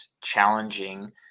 challenging